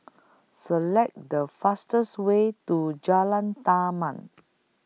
Select The fastest Way to Jalan Taman